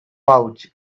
pouch